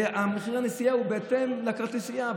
ומחירי הנסיעה הם בהתאם לכרטיסייה.